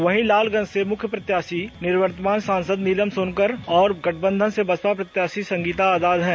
वही लालगंज से मुख्य प्रत्याशी निवर्तमान सांसद नीलम सोनकर और गठबंधन से बसपा प्रत्याशी संगीता आजाद हैं